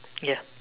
ya